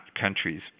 countries